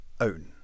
own